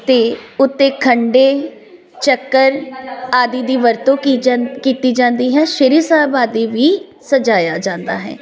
ਅਤੇ ਉੱਤੇ ਖੰਡੇ ਚੱਕਰ ਆਦਿ ਦੀ ਵਰਤੋਂ ਕੀਚ ਕੀਤੀ ਜਾਂਦੀ ਹੈ ਸ਼੍ਰੀ ਸਾਹਿਬ ਆਦਿ ਵੀ ਸਜਾਇਆ ਜਾਂਦਾ ਹੈ